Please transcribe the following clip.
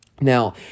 Now